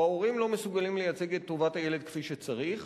או ההורים לא מסוגלים לייצג את טובת הילד כפי שצריך.